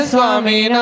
Swami